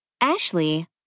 Ashley